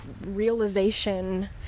realization